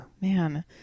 Man